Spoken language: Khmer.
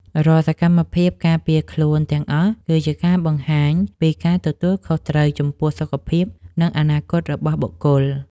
រាល់សកម្មភាពការពារខ្លួនទាំងអស់គឺជាការបង្ហាញពីការទទួលខុសត្រូវចំពោះសុខភាពនិងអនាគតរបស់បុគ្គល។